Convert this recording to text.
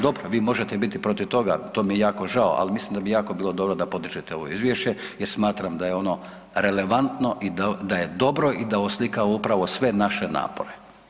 Dobro, vi možete biti protiv toga, to mi je jako žao, ali mislim da bi bilo jako dobro da podržite ovo izvješće jer smatram da je ono relevantno i da je dobro i da oslikava upravo sve naše napore.